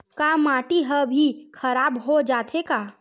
का माटी ह भी खराब हो जाथे का?